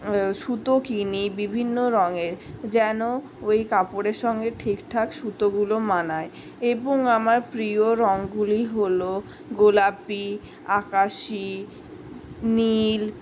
সুতো কিনি বিভিন্ন রঙের যেন ওই কাপড়ের সঙ্গে ঠিকঠাক সুতোগুলো মানায় এবং আমার প্রিয় রংগুলি হল গোলাপি আকাশি নীল